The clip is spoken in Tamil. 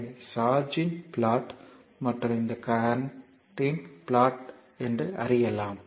எனவே சார்ஜ் இன் பிளாட் மற்றும் இது கரண்ட் இன் பிளாட் என்று அறியலாம்